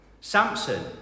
Samson